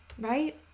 right